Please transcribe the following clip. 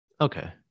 Okay